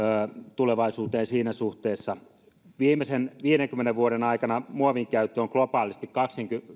tulevaisuuteen siinä suhteessa viimeisen viidenkymmenen vuoden aikana muovin käyttö on globaalisti kaksikymmentä